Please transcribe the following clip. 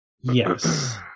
Yes